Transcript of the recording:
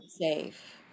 safe